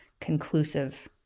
conclusive